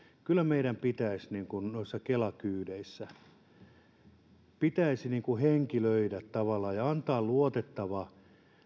kyllä meidän pitäisi noissa kela kyydeissä tavallaan henkilöidä ja antaa luotettava